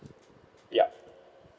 yup